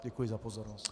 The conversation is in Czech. Děkuji za pozornost.